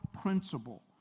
principle